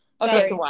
Okay